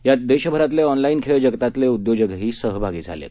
यात देशभरातले ऑनलाईन खेळ जगतातले उद्योजकही सहभागी झाले आहेत